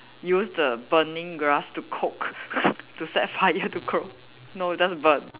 use the burning grass to cook to set fire to cook no just burn